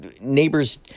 neighbors